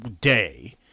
day